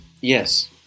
yes